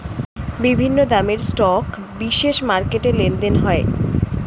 বিভিন্ন দামের স্টক বিশেষ মার্কেটে লেনদেন হয়